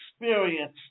experience